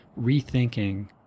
rethinking